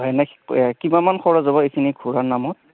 হয় এনে কিমানমান খৰচ হ'ব এইখিনি ঘূৰাৰ নামত